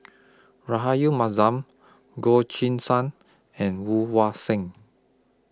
Rahayu Mahzam Goh Choo San and Woon Wah Siang